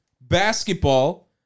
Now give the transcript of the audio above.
basketball